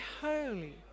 holy